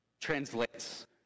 translates